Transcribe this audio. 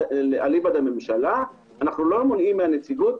אליבא דממשלה אנחנו לא מונעים לנציגות